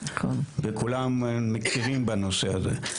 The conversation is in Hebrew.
וכולם מכירים בנושא הזה.